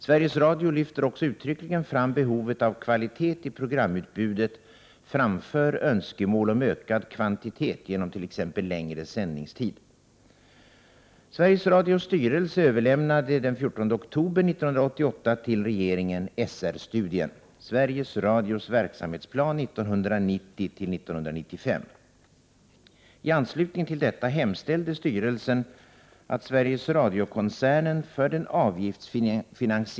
Sveriges Radio lyfter också uttryckligen fram behovet av kvalitet i programutbudet framför önskemål om ökad kvantitet genom t.ex. längre sändningstid.